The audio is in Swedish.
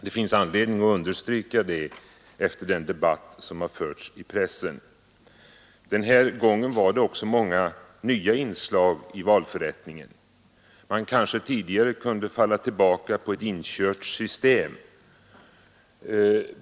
Detta bör understrykas efter den debatt som har förts i pressen. Den här gången var det också många nya inslag i valförrättningen. Man kanske tidigare kunde falla tillbaka på ett inkört system.